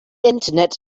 internet